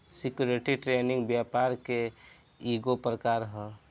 security trading व्यापार के ईगो प्रकार ह